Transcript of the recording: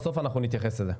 בסוף אנחנו נתייחס לזה.